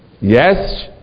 Yes